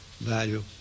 value